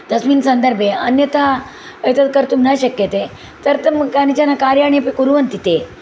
तस्मिन् सन्दर्भे अन्यथा एतत् कर्तुं न शक्यते तदर्थं कानिचन कार्याणि अपि कुर्वन्ति ते